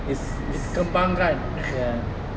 is kembangan